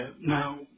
Now